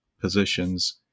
positions